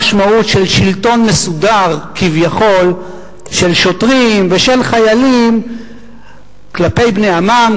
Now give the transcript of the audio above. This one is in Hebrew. למה המשמעות של שלטון מסודר כביכול של שוטרים ושל חיילים כלפי בני עמם,